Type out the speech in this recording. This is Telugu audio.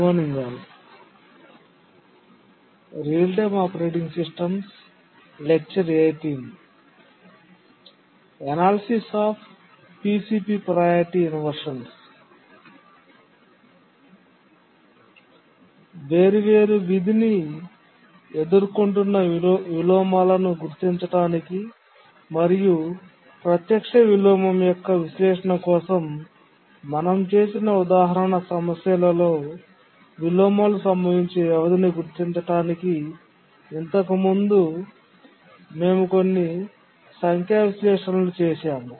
వేర్వేరు విధిని ఎదుర్కొంటున్న విలోమాలను గుర్తించడానికి మరియు ప్రత్యక్ష విలోమం యొక్క విశ్లేషణ కోసం మేము చేసిన ఉదాహరణ సమస్యలో విలోమాలు సంభవించే వ్యవధిని గుర్తించడానికి ఇంతకుముందు మేము కొన్ని సంఖ్యా విశ్లేషణలను చేసాము